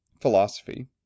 philosophy